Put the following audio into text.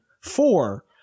four